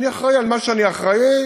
אני אחראי למה שאני אחראי,